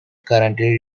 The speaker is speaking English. currently